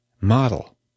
model